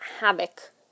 havoc